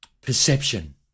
Perception